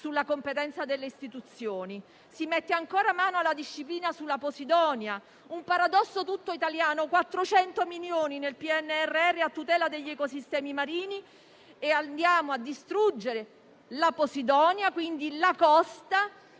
sulla competenza delle istituzioni. Si mette ancora mano alla disciplina sulla posidonia, un paradosso tutto italiano: si stanziano 400 milioni nel PNRR a tutela degli ecosistemi marini, ma poi andiamo a distruggere la posidonia, quindi la costa,